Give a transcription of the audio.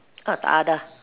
uh tidak ada